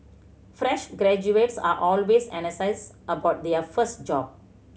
fresh graduates are always about their first job